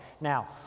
Now